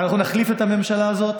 אנחנו נחליף את הממשלה הזאת